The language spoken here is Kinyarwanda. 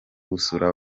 gusura